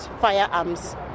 firearms